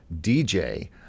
DJ